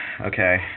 okay